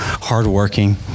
hardworking